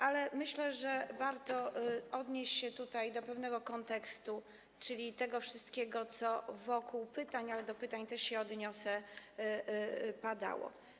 Ale myślę, że warto odnieść się tutaj do pewnego kontekstu, czyli tego wszystkiego, co wokół pytań, ale do pytań też się odniosę, padało.